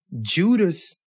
Judas